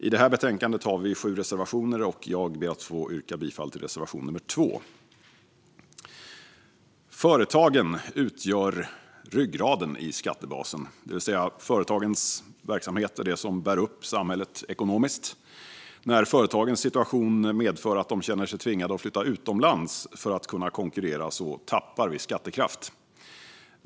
I detta betänkande har vi sju reservationer, och jag ber att få yrka bifall till reservation nummer 2. Företagen utgör ryggraden i skattebasen, det vill säga företagens verksamhet är det som bär upp samhället ekonomiskt. När företagens situation medför att de känner sig tvingade att flytta utomlands för att kunna konkurrera tappar vi skattekraft.